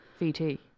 VT